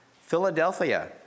Philadelphia